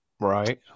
Right